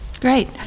great